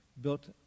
built